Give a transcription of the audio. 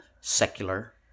secular